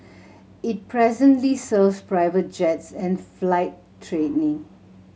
it presently serves private jets and flight training